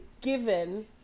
given